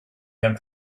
him